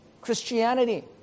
Christianity